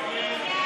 מה אני אעשה,